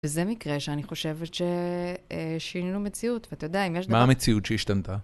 וזה מקרה שאני חושבת ששינו מציאות, ואתה יודע, אם יש דבר... מה המציאות שהשתנתה?